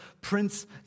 prince